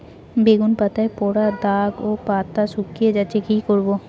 বেগুন পাতায় পড়া দাগ ও পাতা শুকিয়ে যাচ্ছে কি করব?